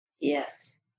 Yes